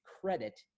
credit